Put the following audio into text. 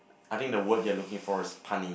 I think the word you're looking for it's punny